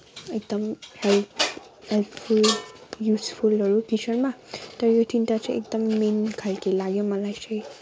एकदम help helpful युजफुलहरू किचनमा तर यो तिनवटा चाहिँ एकदम मेन खालको लाग्यो मलाई चाहिँ